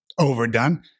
overdone